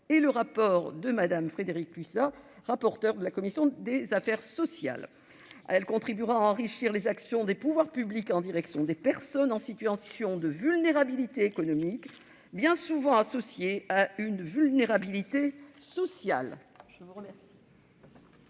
et le rapport de Mme Frédérique Puissat, rapporteur de la commission des affaires sociales. Ce texte contribuera à enrichir les actions des pouvoirs publics en direction des personnes en situation de vulnérabilité économique, bien souvent associée à une vulnérabilité sociale.